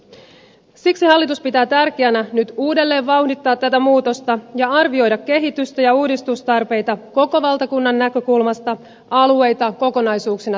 siksi hallitus pitää tärkeänä nyt uudelleen vauhdittaa tätä muutosta ja arvioida kehitystä ja uudistustarpeita koko valtakunnan näkökulmasta alueita kokonaisuuksina tarkastellen